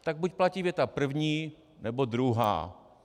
Tak buď platí věta první, nebo druhá.